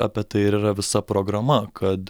apie tai ir yra visa programa kad